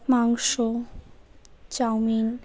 মাংস চাউমিন